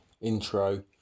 intro